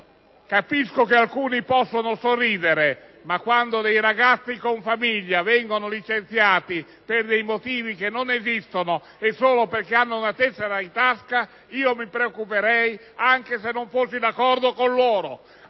Capisco che alcuni possano sorridere, ma quando ragazzi con famiglia vengono licenziati per motivi privi di fondamento e solo perché hanno una tessera in tasca, mi preoccuperei, anche se non fossi d'accordo con loro,